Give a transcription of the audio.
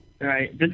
right